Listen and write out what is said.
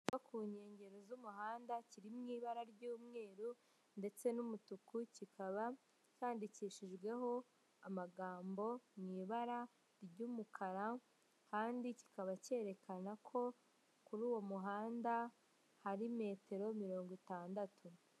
Icyapa kiri ku nkengero z'umuhanda kiri mw’ibara ry'umweru ndetse n'umutuku. Kikaba cyandikishijweho amagambo mw’ibara ry'umukara. Kandi kikaba cyerekana ko kuri uwo muhanda ari umuvuduko w’ ibilometero mirongo itandatu mw’ isaha.